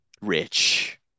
rich